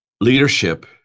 Leadership